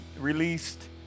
released